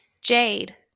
jade